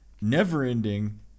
never-ending